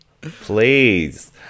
please